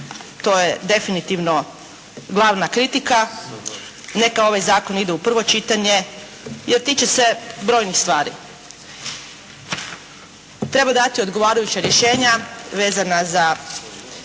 to je definitivno glavna kritika, neka ovaj Zakon ide u prvo čitanje, tiče se brojnih stvari. Treba dati odgovarajuća rješenja vezana za